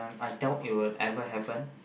I doubt it will ever happen